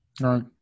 Right